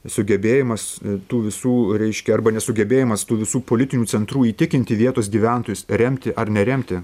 sugebėjimas tų visų reiškia arba nesugebėjimas tų visų politinių centrų įtikinti vietos gyventojus remti ar neremti